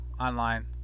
online